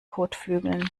kotflügeln